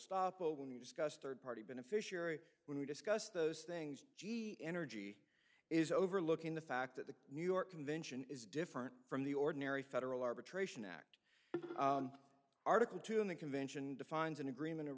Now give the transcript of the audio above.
you discuss third party beneficiary when we discuss those things g energy is overlooking the fact that the new york convention is different from the ordinary federal arbitration act article two of the convention defines an agreement